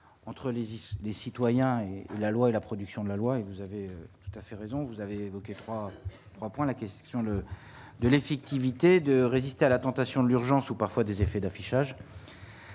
six, les citoyens et la loi et la production de la loi et vous avez tout à fait raison, vous avez évoqué 3 3, la question de de l'effectivité de résister à la tentation de l'urgence ou parfois des effets d'affichage.